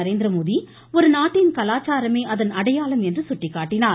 நரேந்திரமோடி ஒரு நாட்டின் கலாச்சாரமே அதன் அடையாளம் என்று சுட்டிக்காட்டினார்